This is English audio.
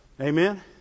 Amen